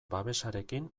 babesarekin